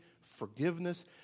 forgiveness